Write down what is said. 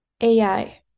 AI